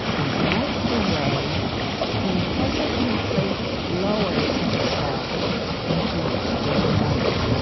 is like the way he hesitantly lowers himself into the water.